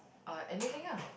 uh anything ah